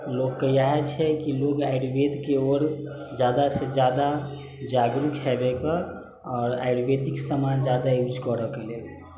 लोकके इएह छै कि लोक आयुर्वेदके ओर ज्यादासँ ज्यादा जागरूक हैबऽके आओर आयुर्वेदिक समान ज्यादा यूज करऽके लेल